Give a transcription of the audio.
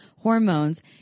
Hormones